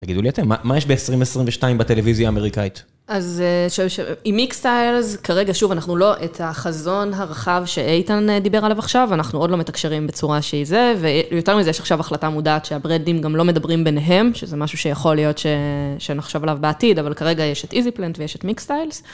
תגידו לי את זה, מה יש ב-2022 בטלוויזיה האמריקאית? אז עם מיקסטיילס, כרגע, שוב, אנחנו לא את החזון הרחב שאיתן דיבר עליו עכשיו, אנחנו עוד לא מתקשרים בצורה שהיא זה, ויותר מזה יש עכשיו החלטה מודעת שהברדים גם לא מדברים ביניהם, שזה משהו שיכול להיות שנחשב עליו בעתיד, אבל כרגע יש את איזיפלנט ויש את מיקסטיילס.